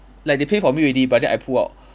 like they pay for me already but then I pull out